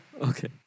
Okay